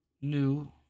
new